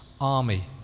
army